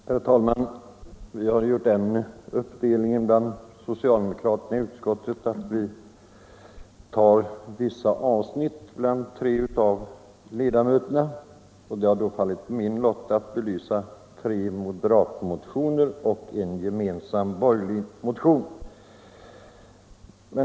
Herr talman! Vi har gjort en uppdelning bland tre av oss socialdemokratiska ledamöter i skatteutskottet, och det har då fallit på min lott att belysa tre moderatmotioner och en gemensam borgerlig motion.